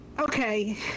okay